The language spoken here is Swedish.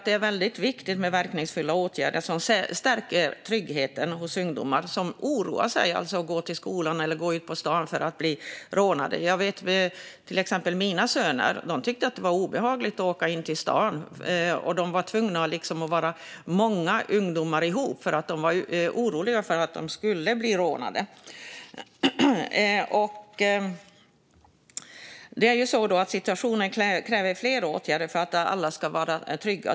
Det är väldigt viktigt med verkningsfulla åtgärder som stärker tryggheten hos ungdomar som oroar sig över att gå till skolan eller att gå ut på stan på grund av risken att bli rånad. Till exempel mina söner tyckte att det var obehagligt att åka in till stan, och de kände sig tvungna att vara många ungdomar ihop därför att de var oroliga över att bli rånade. Situationen kräver fler åtgärder för att alla ska vara trygga.